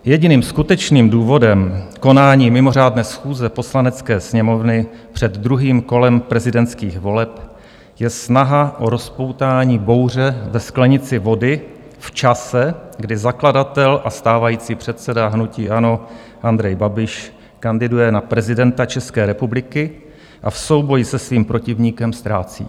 Jediným skutečným důvodem konání mimořádné schůze Poslanecké sněmovny před druhým kolem prezidentských voleb je snaha o rozpoutání bouře ve sklenici vody v čase, kdy zakladatel a stávající předseda hnutí ANO Andrej Babiš kandiduje na prezidenta České republiky a v souboji se svým protivníkem ztrácí.